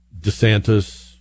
DeSantis